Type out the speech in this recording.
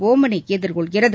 ஒமனை எதிர்கொள்கிறது